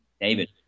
David